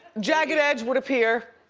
jagged edge would appear,